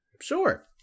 Sure